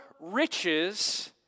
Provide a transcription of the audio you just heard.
riches